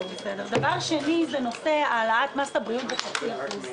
הדבר השני הוא נושא העלאת מס הבריאות בחצי אחוז.